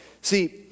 See